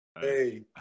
Hey